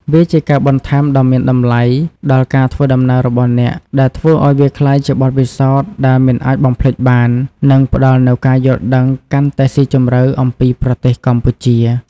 វាជាការបន្ថែមដ៏មានតម្លៃដល់ការធ្វើដំណើររបស់អ្នក ដែលធ្វើឱ្យវាក្លាយជាបទពិសោធន៍ដែលមិនអាចបំភ្លេចបាន និងផ្តល់នូវការយល់ដឹងកាន់តែស៊ីជម្រៅអំពីប្រទេសកម្ពុជា។